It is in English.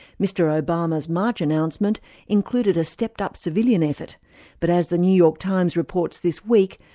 mr obama's march announcement included a stepped-up civilian effort but as the new york times reports this week,